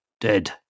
dead